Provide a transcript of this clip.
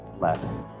less